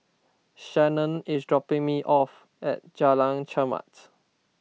Shannan is dropping me off at Jalan Chermat